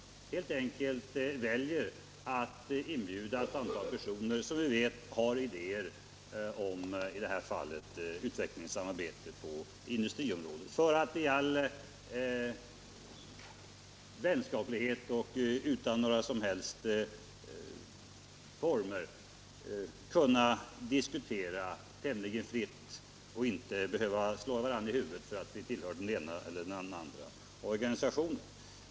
Vi har helt enkelt valt att inbjuda ett antal personer som vi vet har idéer om utvecklingssamarbetet på industriområdet. I all vänskaplighet och utan några som helst former skall vi då kunna diskutera tämligen fritt och inte behöva slå varandra i huvudet för att vi tillhör den ena eller den andra organisationen.